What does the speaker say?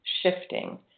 shifting